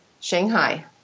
Shanghai